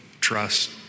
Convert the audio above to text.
Trust